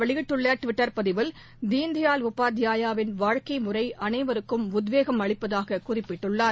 வெளியிட்டுள்ளடுவிட்டர் பதிவில் தீன்தயாள் உபாத்யாயாவின் இவ குறித்து அவர் வாழ்க்கைமுறைஅனைவருக்கும் உத்வேகம் அளிப்பதாககுறிப்பிட்டுள்ளார்